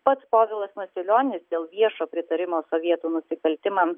pats povilas masilionis dėl viešo pritarimo sovietų nusikaltimam